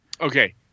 okay